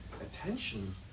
attention